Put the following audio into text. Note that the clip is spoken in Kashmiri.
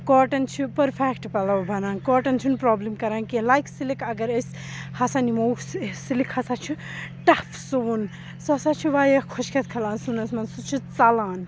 کاٹَن چھِ پٔرفیکٹ پَلَو بَنان کاٹَن چھُنہٕ پرٛابلِم کَران کینٛہہ لایک سِلِک اگر أسۍ ہَسا نِمو سہِ سِلِک ہَسا چھُ ٹَف سُوُن سُہ ہَسا چھُ واریاہ خۄش کھیٚتھ کھَالان سُونَس منٛز سُہ چھُ ژَلان